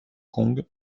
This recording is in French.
kong